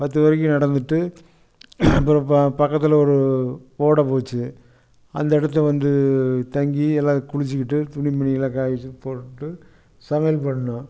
பத்து வரைக்கும் நடந்துவிட்டு அப்புறம் பக்கத்தில் ஒரு ஓடை போச்சு அந்த இடத்த வந்து தங்கி எல்லா குளிச்சுகிட்டு துணிமணியெல்லாம் காயவெச்சு போட்டு சமையல் பண்ணிணோம்